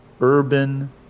urban